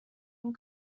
and